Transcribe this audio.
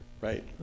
Right